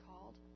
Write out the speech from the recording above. called